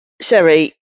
Sherry